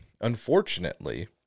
unfortunately